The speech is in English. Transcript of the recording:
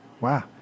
Wow